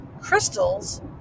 crystals